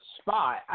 spot